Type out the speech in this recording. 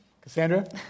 Cassandra